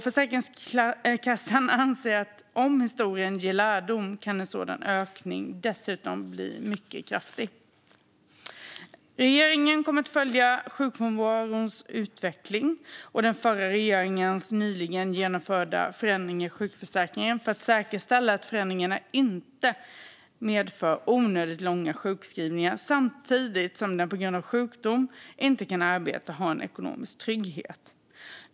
Försäkringskassan anser att om historien ger lärdom kan en sådan ökning dessutom bli mycket kraftig. Regeringen kommer att följa sjukfrånvarons utveckling och den förra regeringens nyligen genomförda förändringar i sjukförsäkringen för att säkerställa att förändringarna inte medför onödigt långa sjukskrivningar samt att den som på grund av sjukdom inte kan arbeta har en ekonomisk trygghet.